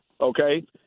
okay